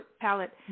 palette